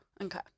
okay